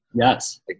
Yes